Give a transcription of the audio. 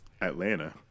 Atlanta